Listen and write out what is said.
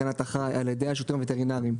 הגנת החי על ידי השירותים הווטרינריים,